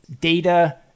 data